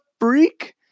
freak